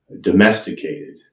domesticated